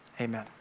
Amen